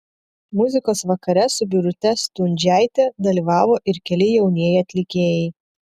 muzikos vakare su birute stundžiaite dalyvavo ir keli jaunieji atlikėjai